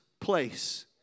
place